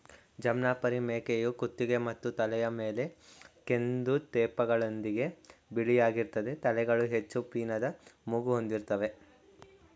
ಜಮ್ನಾಪರಿ ಮೇಕೆಯು ಕುತ್ತಿಗೆ ಮತ್ತು ತಲೆಯ ಮೇಲೆ ಕಂದು ತೇಪೆಗಳೊಂದಿಗೆ ಬಿಳಿಯಾಗಿರ್ತದೆ ತಲೆಗಳು ಹೆಚ್ಚು ಪೀನದ ಮೂಗು ಹೊಂದಿರ್ತವೆ